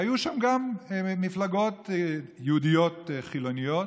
היו שם גם מפלגות יהודיות חילוניות,